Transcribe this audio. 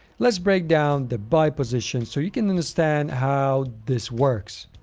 let's break down the buy position so you can understand how this works.